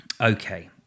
Okay